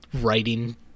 writing